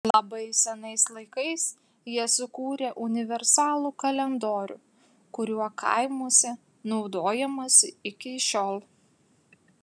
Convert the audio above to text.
labai senais laikais jie sukūrė universalų kalendorių kuriuo kaimuose naudojamasi iki šiol